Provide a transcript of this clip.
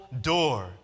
door